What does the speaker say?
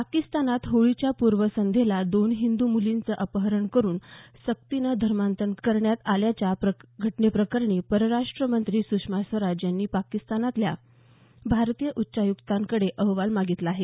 पाकिस्तानात होळीच्या पूर्वसंध्येला दोन हिंदू मुलींचं अपहरण करून सक्तीनं धर्मांतर करण्यात आल्याच्या घटनेप्रकरणी परराष्ट्र मंत्री सुषमा स्वराज यांनी पाकिस्तानाल्या भारतीय उच्चायुक्तांकडे अहवाल मागितला आहे